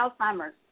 Alzheimer's